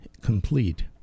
complete